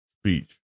speech